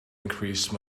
increase